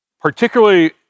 particularly